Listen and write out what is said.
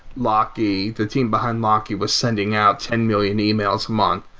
locky, the team behind locky was sending out ten million emails a month.